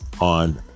on